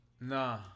Nah